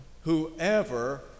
whoever